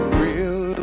real